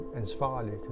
ansvarlig